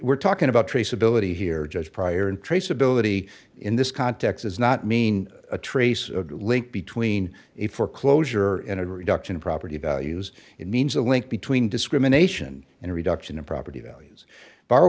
we're talking about traceability here just prior and traceability in this context is not mean a trace link between a foreclosure and a reduction in property values it means a link between discrimination and reduction in property values